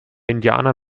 indianer